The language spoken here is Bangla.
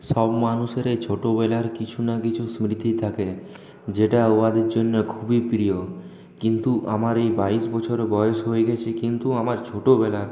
সব মানুষেরই ছোটোবেলার কিছু না কিছু স্মৃতি থাকে যেটা উহাদের জন্য খুবই প্রিয় কিন্তু আমার এই বাইশ বছর বয়স হয়ে গেছে কিন্তু আমার ছোটোবেলা